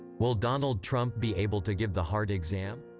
will donald trump be able to give the hard exam?